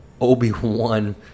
Obi-Wan